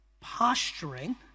posturing